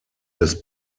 des